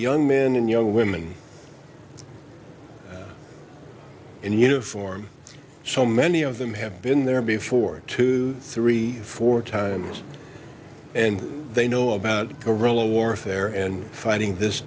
young men and young women in uniform so many of them have been there before two three four times and they know about guerrilla warfare and fighting this